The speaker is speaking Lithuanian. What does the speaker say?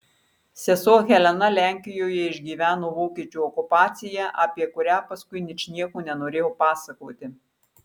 sesuo helena lenkijoje išgyveno vokiečių okupaciją apie kurią paskui ničnieko nenorėjo pasakoti